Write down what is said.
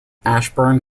ashburn